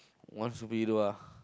once ah